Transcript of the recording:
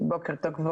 בוקר טוב,